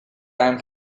time